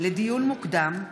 לדיון מוקדם,